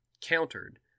Countered